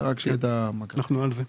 אנחנו "על זה".